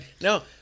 No